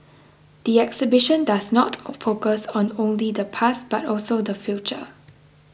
the exhibition does not or focus on only the past but also the future